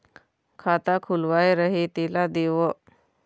खाता खुलवाय रहे तेला देव?